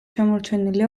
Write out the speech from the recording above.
შემორჩენილი